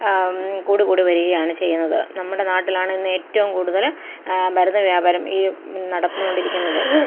കൂടിക്കൂടി വരികയാണ് ചെയ്യുന്നത് നമ്മുടെ നാട്ടിലാണിന്നേറ്റവും കൂടുതല് മരുന്ന് വ്യാപാരം ഈ നടന്നുകൊണ്ടിരിക്കുന്നത്